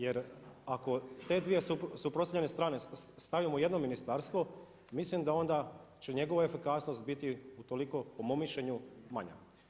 Jer ako te dvije suprotstavljene strane stavimo u jedno ministarstvo mislim da onda će njegova efikasnost biti u toliko po mom mišljenju manja.